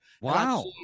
Wow